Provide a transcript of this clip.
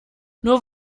nur